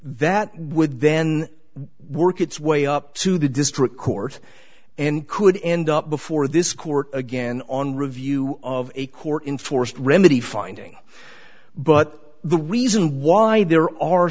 that would then work its way up to the district court and could end up before this court again on review of a court enforced remedy finding but the reason why there are